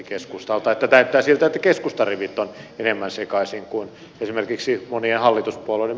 näyttää siltä että keskustan rivit ovat enemmän sekaisin kuin esimerkiksi monien hallituspuolueiden